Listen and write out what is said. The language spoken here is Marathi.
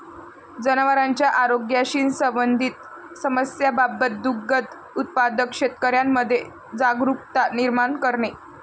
जनावरांच्या आरोग्याशी संबंधित समस्यांबाबत दुग्ध उत्पादक शेतकऱ्यांमध्ये जागरुकता निर्माण करणे